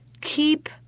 keep